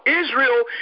Israel